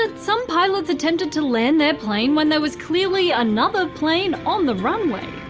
but some pilots attempted to land their plane when there was clearly another plane on the runway.